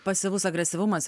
pasyvus agresyvumas